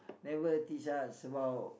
never teach us about